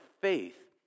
faith